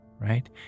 right